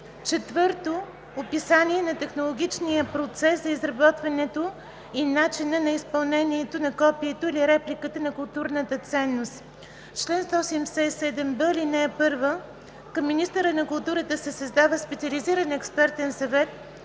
реплика; 4. описание на технологичния процес на изработването и начина на изпълнението на копието или репликата на културната ценност. Чл. 177б. (1) Към министъра на културата се създава Специализиран експертен съвет